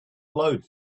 glowed